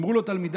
אמרו לו תלמידיו: